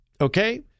Okay